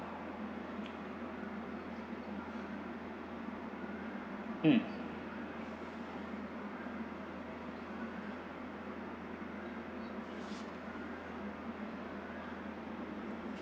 mm